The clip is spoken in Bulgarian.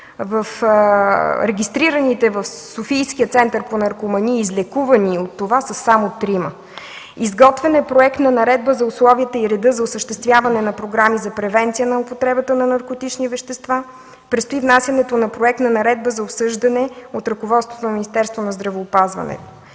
от регистрираните в Софийския Център по наркомании излекувани от това са само трима! Изготвен е проект на наредба за условията и реда за осъществяване на програми за превенция на употребата на наркотични вещества. Предстои внасянето на проект на наредба за обсъждане от ръководството на Министерството на здравеопазването.